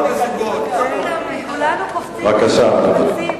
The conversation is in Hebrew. בבקשה, אדוני.